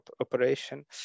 operation